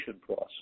process